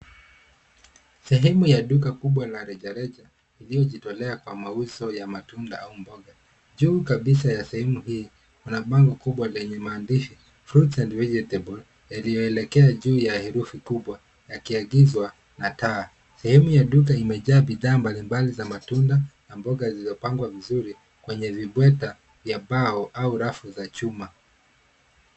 Sehemu ya duka kubwa la rejareja, iliyojotolea kwa mauzo ya matunda au mboga. Juu kabisa ya sehemu hii, kuna bango kubwa lenye maandishi cs[Fruits and Vegetable] yaliyoelekea juu ya herufi kubwa yakiagizwa na taa. Sehemu ya duka imejaa bidhaa mbalimbali za matunda na mboga zilizopangwa vizuri kwenye vibweta ya mbao au rafu za chuma.